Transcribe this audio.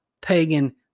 pagan